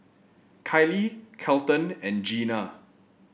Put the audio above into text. Kylee Kelton and Gena